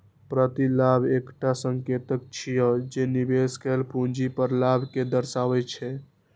प्रतिलाभ एकटा संकेतक छियै, जे निवेश कैल पूंजी पर लाभ कें दर्शाबै छै